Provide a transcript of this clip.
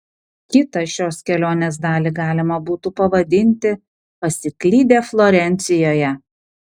kitą šios kelionės dalį galima būtų pavadinti pasiklydę florencijoje